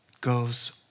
goes